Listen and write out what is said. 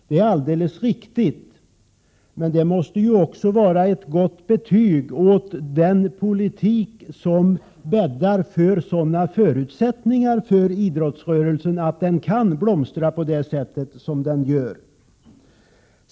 Det är alldeles riktigt, men det måste också vara ett gott betyg åt den politik som bäddar för sådana förutsättningar att idrottsrörelsen kan blomstra på det sätt som den gör.